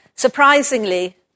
Surprisingly